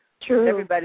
True